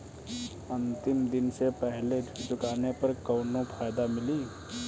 अंतिम दिन से पहले ऋण चुकाने पर कौनो फायदा मिली?